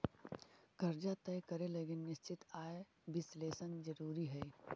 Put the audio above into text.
कर्जा तय करे लगी निश्चित आय विश्लेषण जरुरी हई